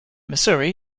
missouri